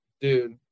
dude